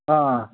ꯑꯥ